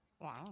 Wow